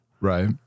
Right